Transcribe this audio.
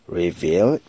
reveal